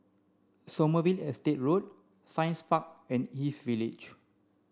Sommerville Estate Road Science Park and East Village